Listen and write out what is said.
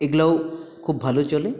এগুলোও খুব ভালো চলে